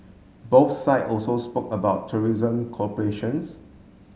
both side also spoke about tourism cooperations